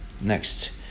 Next